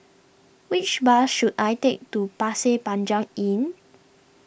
which bus should I take to Pasir Panjang Inn